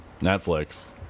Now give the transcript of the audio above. netflix